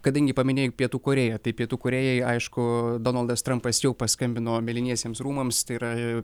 kadangi paminėjau pietų korėją tai pietų korėjai aišku donaldas trampas jau paskambino mėlyniesiems rūmams tai yra